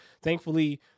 thankfully